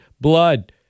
blood